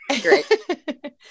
great